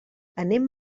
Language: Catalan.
anem